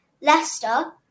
Leicester